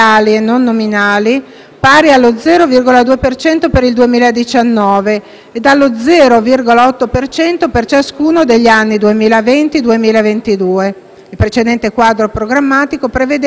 pari allo 0,2 per cento per il 2019 e allo 0,8 per cento per ciascuno degli anni 2020-2022. Il precedente quadro programmatico prevedeva un tasso pari all'1